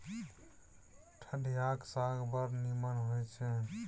ठढियाक साग बड़ नीमन होए छै